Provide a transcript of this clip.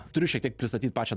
turiu šitiek pristatyt pačią